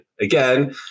Again